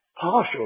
partial